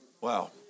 Wow